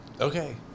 Okay